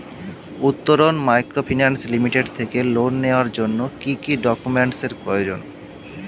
Uttaran microfinance limited থেকে loan নেওয়ার জন্য কি কি ডকুমেন্টস এর প্রয়োজন?